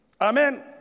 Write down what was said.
Amen